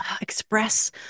express